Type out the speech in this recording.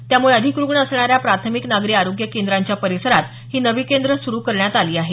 त्यामुळे अधिक रुग्ण असणाऱ्या प्राथमिक नागरी आरोग्य केंद्रांच्या परिसरात ही नवी केंद्रं सुरू करण्यात आली आहेत